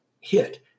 hit